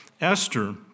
Esther